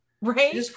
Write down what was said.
Right